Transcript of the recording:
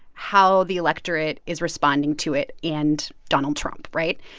how the electorate is responding to it and donald trump, right?